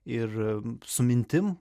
ir su mintim